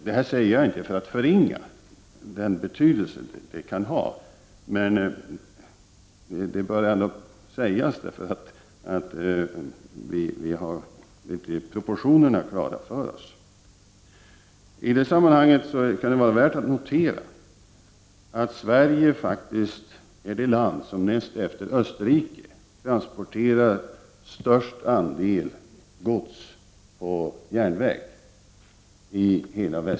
Detta säger jag inte för att förringa den betydelse som åtgärderna kan ha, men det bör ändock sägas för att vi skall ha proportionerna klara för oss. I det sammanhanget kan det vara värt att notera att Sverige faktiskt är det land i Västeuropa som näst efter Österrike transporterar den största andelen gods på järnväg.